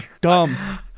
dumb